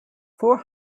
four